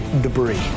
debris